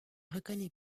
reconnait